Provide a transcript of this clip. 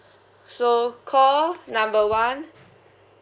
so call number one